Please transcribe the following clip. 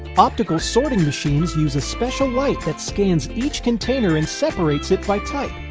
optical sorting machines use a special light that scans each container and separates it by type.